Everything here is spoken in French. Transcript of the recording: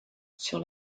sur